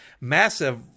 massive